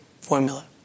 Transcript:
formula